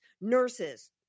nurses